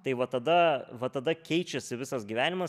tai va tada va tada keičiasi visas gyvenimas